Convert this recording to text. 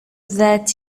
that